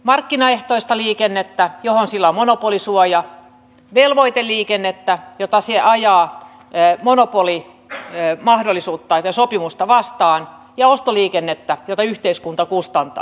markkinaehtoista liikennettä johon sillä on monopolisuoja velvoiteliikennettä jota se ajaa monopolisopimusta vastaan ja ostoliikennettä jota yhteiskunta kustantaa